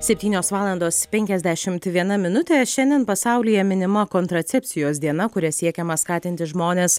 septynios valandos penkiasdešimt viena minutė šiandien pasaulyje minima kontracepcijos diena kuria siekiama skatinti žmones